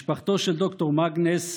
משפחתו של ד"ר מאגנס,